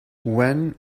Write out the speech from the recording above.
when